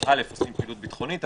שעושים פעילות ביטחונית.